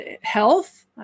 health